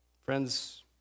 Friends